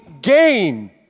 gain